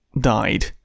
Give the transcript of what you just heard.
died